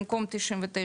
במקום 99,